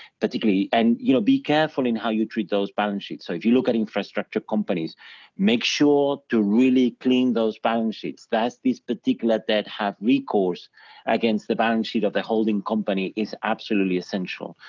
particularly. and, you know, be careful in how you treat those balance sheets, so, if you look at infrastructure companies make sure to really clean those balance sheets. that's this particular that have recourse against the balance sheet of the holding company is absolutely essential.